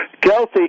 Kelsey